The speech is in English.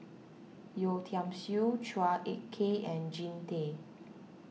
Yeo Tiam Siew Chua Ek Kay and Jean Tay